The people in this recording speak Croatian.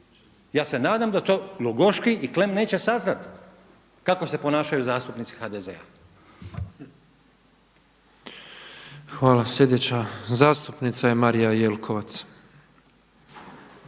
Ja se nadam da to Glogoški i Klen neće saznati kako se ponašaju zastupnici HDZ-a. **Petrov, Božo (MOST)** Hvala. Sljedeća zastupnica je Marija Jelkovac.